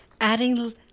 Adding